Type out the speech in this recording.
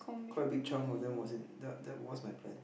quite a big chunk of them was in ya that was my plan